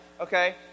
Okay